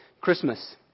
Christmas